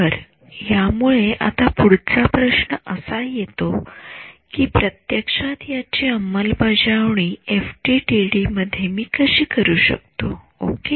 तर यामुळे आता पुढचा प्रश्न असा येतो कि प्रत्यक्षात मी याची अंमलबजावणी एफडीटीडी मध्ये कशी करू शकतो ओके